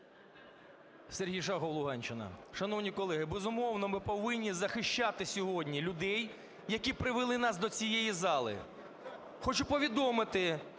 Сергій Шахов, Луганщина. Шановні колеги, безумовно, ми повинні захищати сьогодні людей, які привели нас до цієї зали. Хочу повідомити